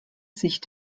sich